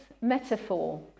metaphor